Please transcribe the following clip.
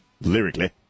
lyrically